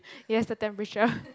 yes the temperature